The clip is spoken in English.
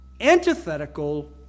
antithetical